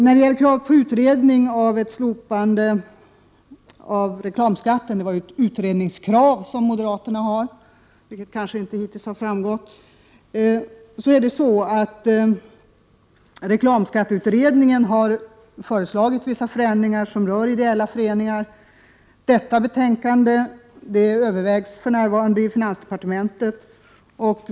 När det gäller kravet på slopande av reklamskatten — det är ett utredningskrav från moderaterna, vilket kanske inte hittills framgått — kan jag säga att reklamskatteutredningen föreslagit vissa förändringar som rör ideella föreningar. Utredningens betänkande övervägs för närvarande i finansdepartementet.